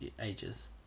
ages